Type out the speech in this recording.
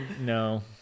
No